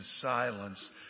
silence